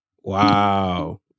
Wow